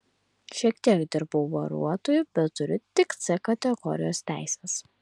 šiek tiek dirbau vairuotoju bet turiu tik c kategorijos teises